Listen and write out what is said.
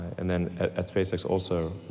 and then at spacex also,